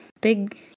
big